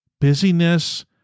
busyness